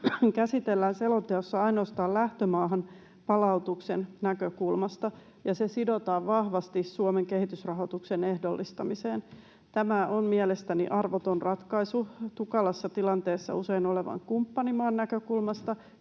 käsitellään selonteossa ainoastaan lähtömaahan palautuksen näkökulmasta, ja se sidotaan vahvasti Suomen kehitysrahoituksen ehdollistamiseen. Tämä on mielestäni arvoton ratkaisu usein tukalassa tilanteessa olevan kumppanimaan näkökulmasta,